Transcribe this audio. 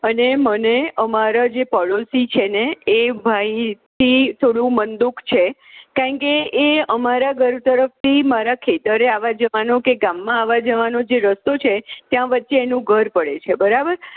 અને મને અમારો જે પડોશી છે ને એ ભાઈથી થોડું મન દુખ છે કેમકે એ અમારા ઘર તરફથી મારા ખેતરએ આવવા જવાનું કે ગામમાં આવવા જવાનું જે રસ્તો છે ત્યાં વચ્ચે એનું ઘર પડે છે બરાબર